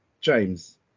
James